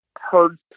heard